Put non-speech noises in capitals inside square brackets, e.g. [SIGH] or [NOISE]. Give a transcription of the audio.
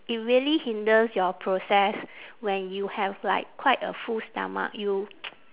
it really hinders your process when you have like quite a full stomach you [NOISE]